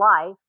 life